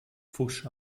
pfusch